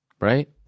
Right